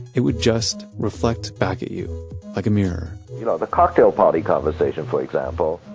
it would just reflect back at you like a mirror you know the cocktail party conversation for example,